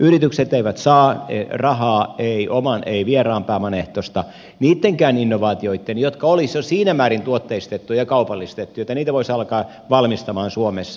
yritykset eivät saa rahaa ei oman ei vieraan pääoman ehtoista niidenkään innovaatioiden osalta jotka olisivat jo siinä määrin tuotteistettuja ja kaupallistettuja että niitä voisi alkaa valmistamaan suomessa